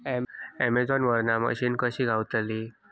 Amazon वरन machine कशी मागवची?